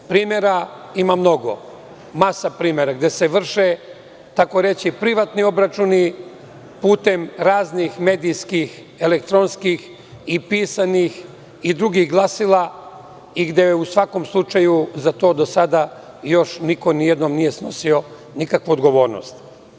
Primera ima mnogo, masa primera, gde se vrše tako reći privatni obračuni putem raznih medijskih, elektronskih i pisanih i drugih glasila i gde u svakom slučaju za to do sada još niko nijednom nije snosio nikakvu odgovornost.